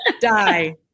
die